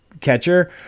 catcher